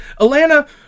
Alana